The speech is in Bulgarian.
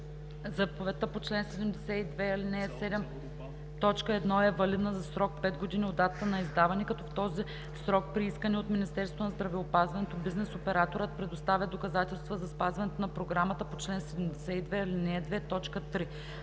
Заповедта по чл. 72, ал. 7, т. 1 е валидна за срок 5 години от датата на издаване, като в този срок, при искане от Министерството на здравеопазването, бизнес операторът предоставя доказателства за спазването на програмата по чл. 72, ал. 2, т. 3.